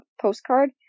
postcard